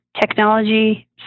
Technology